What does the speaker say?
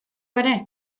ere